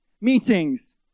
Meetings